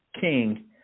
king